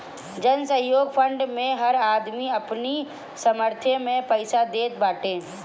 जनसहयोग फंड मे हर आदमी अपनी सामर्थ्य से पईसा देत बाटे